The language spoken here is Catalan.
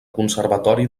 conservatori